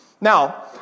Now